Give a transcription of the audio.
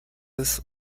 ist